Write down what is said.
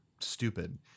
stupid